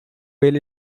ele